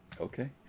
Okay